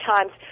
Times